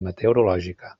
meteorològica